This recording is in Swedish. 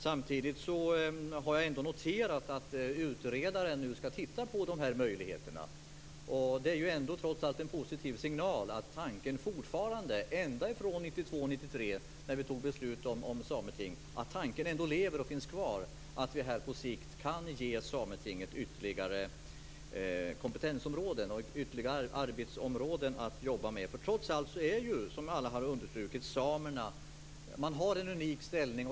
Samtidigt har jag noterat att utredaren skall titta närmare på de här möjligheterna. Det är trots allt en positiv signal att tanken fortfarande, ända från 1992/93 när vi fattade beslut om sameting, lever och finns kvar. Vi kan på sikt ge Sametinget ytterligare kompetensområden och arbetsområden att jobba med. Trots allt har, som alla har understrukit, samerna en unik ställning.